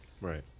Right